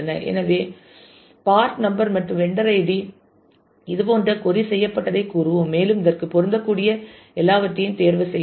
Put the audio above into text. எனவே part number மற்றும் vendor ID இதுபோன்ற கொறி செய்யப்பட்டதை கூறுவோம் மேலும் இதற்கு பொருந்தக்கூடிய எல்லாவற்றையும் தேர்வு செய்யலாம்